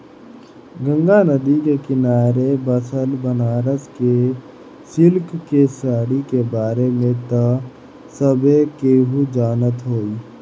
गंगा नदी के किनारे बसल बनारस के सिल्क के साड़ी के बारे में त सभे केहू जानत होई